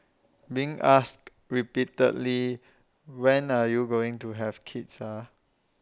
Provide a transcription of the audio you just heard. being asked repeatedly when are you going to have kids ah